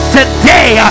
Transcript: today